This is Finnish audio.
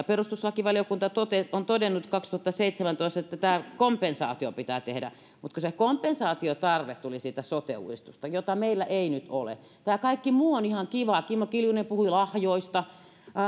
perustuslakivaliokunta on todennut kaksituhattaseitsemäntoista että tämä kompensaatio pitää tehdä mutta se kompensaatiotarve tuli siitä sote uudistuksesta jota meillä ei nyt ole tämä kaikki muu on ihan kivaa kimmo kiljunen puhui lahjoista